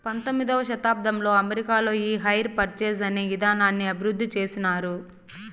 పంతొమ్మిదవ శతాబ్దంలో అమెరికాలో ఈ హైర్ పర్చేస్ అనే ఇదానాన్ని అభివృద్ధి చేసినారు